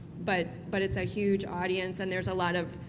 but but it's a huge audience and there's a lot of